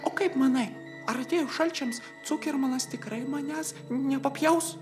o kaip manai ar atėjus šalčiams cukermanas tikrai manęs nepapjaus